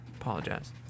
Apologize